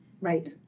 Right